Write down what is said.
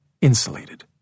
Insulated